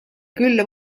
külla